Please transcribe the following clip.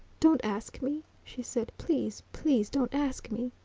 don't ask me, she said. please, please, don't ask me!